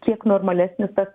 kiek normalesnis tas